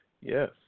Yes